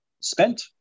spent